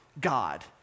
God